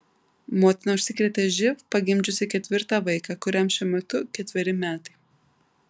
motina užsikrėtė živ pagimdžiusi ketvirtą vaiką kuriam šiuo metu ketveri metai